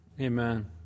Amen